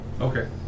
Okay